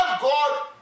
God